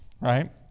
right